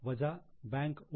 वजा बँक ओ